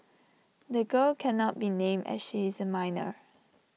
the girl cannot be named as she is A minor